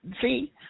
See